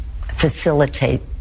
facilitate